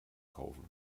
kaufen